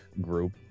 group